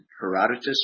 Herodotus